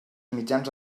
mitjans